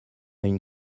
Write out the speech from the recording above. une